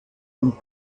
und